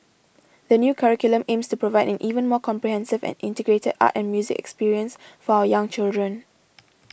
the new curriculum aims to provide an even more comprehensive and integrated art and music experience for our young children